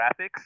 graphics